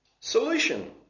solution